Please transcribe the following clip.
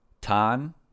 tan